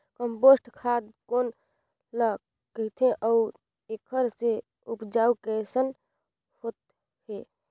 Compost खाद कौन ल कहिथे अउ एखर से उपजाऊ कैसन होत हे?